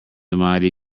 mighty